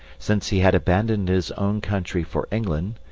since he had abandoned his own country for england,